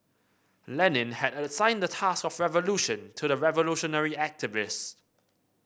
Lenin had assigned the task of revolution to the revolutionary activist